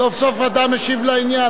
סוף סוף אתה משיב לעניין,